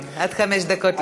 עד חמש דקות לרשותך.